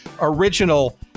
original